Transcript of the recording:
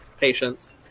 patience